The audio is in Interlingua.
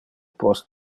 post